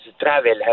travel